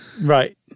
Right